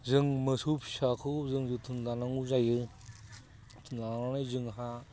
जों मोसौ फिसाखौ जों जोथोन लानांगौ जायो लानानै जोंहा